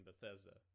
Bethesda